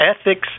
ethics